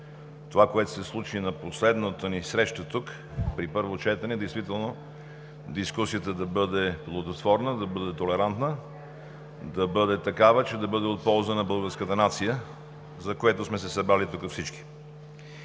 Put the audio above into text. това, което се случи на последната ни среща тук – при първото четене, дискусията да бъде плодотворна, толерантна, да бъде такава, че да е от полза на българската нация, за което сме се събрали всички